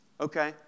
Okay